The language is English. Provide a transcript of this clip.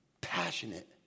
passionate